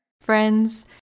Friends